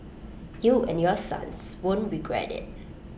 you and your sons won't regret IT